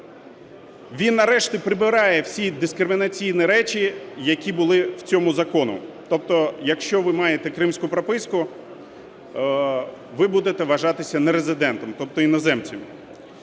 Він нарешті прибирає всі дискримінаційні речі, які були в цьому законі. Тобто якщо ви маєте кримську прописку, ви будете вважатися нерезидентом, тобто іноземцем.